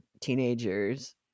teenagers